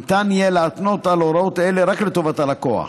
ניתן יהיה להתנות על הוראות אלה רק לטובת הלקוח.